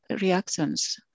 reactions